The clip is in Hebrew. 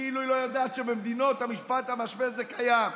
כאילו היא לא יודעת שבמדינות המשפט המשווה זה קיים,